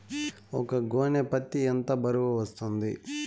ఒక గోనె పత్తి ఎంత బరువు వస్తుంది?